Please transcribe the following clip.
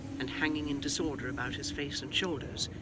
and hanging in disorder about his face and shoulders,